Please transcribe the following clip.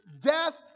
death